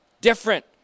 different